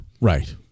Right